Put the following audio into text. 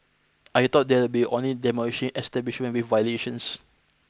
I thought they'll be only demolishing establishments with violations